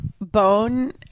bone